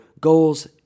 goals